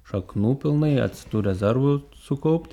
šaknų pilnai ats tų rezervų sukaupt